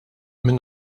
min